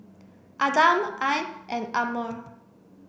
Adam Ain and Ammir